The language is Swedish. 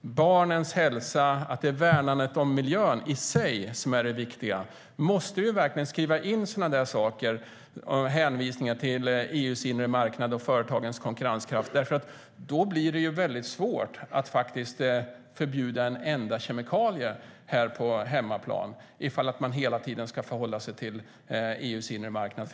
barnens hälsa och värnandet om miljön i sig som är det viktiga? Måste vi verkligen skriva in sådana där saker om hänvisningar till EU:s inre marknad och företagens konkurrenskraft? Det blir svårt att förbjuda en enda kemikalie här på hemmaplan om man hela tiden ska förhålla sig till EU:s inre marknad.